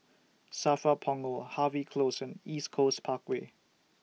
SAFRA Punggol Harvey Close and East Coast Parkway